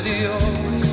Dios